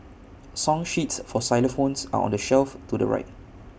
song sheets for xylophones are on the shelf to the right